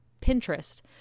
Pinterest